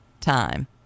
time